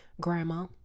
Grandma